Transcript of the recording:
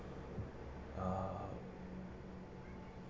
um